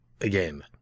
again